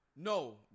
No